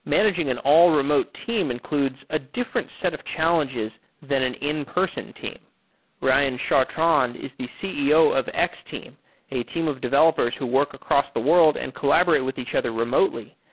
managing an all-remote team includes a different set of challenges than an in-person team ryan chartrand is the ceo of x-team, a team of developers who work across the world and collaborate with each other remotely.